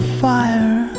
fire